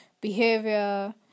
behavior